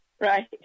right